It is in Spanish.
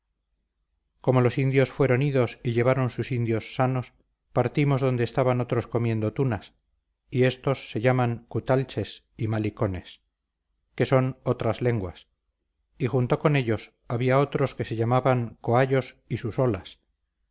como los indios fueron idos y llevaron sus indios sanos partimos donde estaban otros comiendo tunas y éstos se llaman cutalches y malicones que son otras lenguas y junto con ellos había otros que se llamaban coayos y susolas